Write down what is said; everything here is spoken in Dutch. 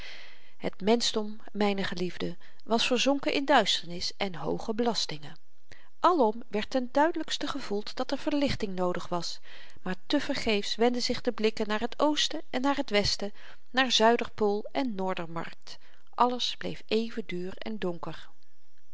het menschdom myne geliefden was verzonken in duisternis en hooge belastingen alom werd ten duidelykste gevoeld dat er verlichting noodig was maar te vergeefs wendden zich de blikken naar het oosten en naar het westen naar zuiderpool en noordermarkt alles bleef even duur en donker